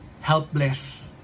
helpless